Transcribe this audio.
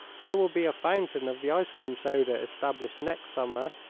there will be a fountain of the ice cream soda established next summer.